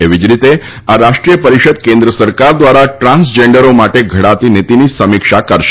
એવી જ રીતે આ રાષ્ટ્રીય પરિષદ કેન્દ્ર સરકાર દ્વારા ટ્રાન્સજેન્ડરો માટે ઘડાતી નીતિની સમીક્ષા કરશે